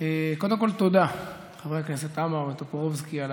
קודם כול, תודה, חברי הכנסת עמאר וטופורובסקי, על